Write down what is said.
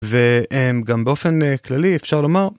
וגם באופן כללי אפשר לומר.